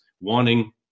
wanting